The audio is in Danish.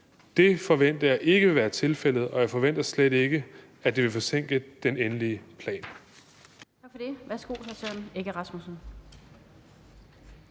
Det forventer jeg ikke vil være tilfældet, og jeg forventer slet ikke, at det vil forsinke den endelige plan.